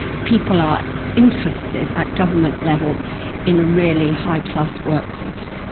people are interested at government level in a really high-class workforce.